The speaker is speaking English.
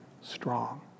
strong